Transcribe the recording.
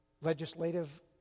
Legislative